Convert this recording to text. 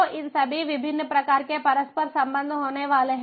तो इन सभी विभिन्न प्रकार के परस्पर संबंध होने वाले हैं